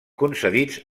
concedits